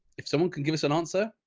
if someone can give us an answer.